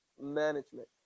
management